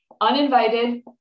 uninvited